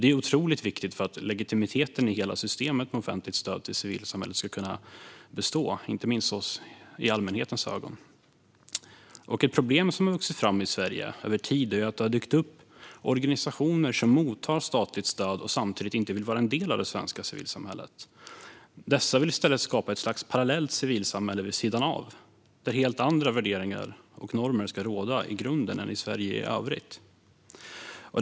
Det är otroligt viktigt för att legitimiteten i hela systemet med offentligt stöd till civilsamhället ska bestå, inte minst i allmänhetens ögon. Ett problem som över tid vuxit fram i Sverige är att det har dykt upp organisationer som mottar statligt stöd och samtidigt inte vill vara en del av det svenska civilsamhället. Dessa vill i stället skapa ett slags parallellt civilsamhälle vid sidan av, där helt andra värderingar och normer ska råda i grunden än i Sverige i övrigt.